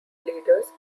leaders